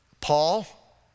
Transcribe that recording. Paul